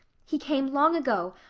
he came long ago,